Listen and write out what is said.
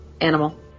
Animal